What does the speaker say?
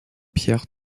pierre